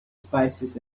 spices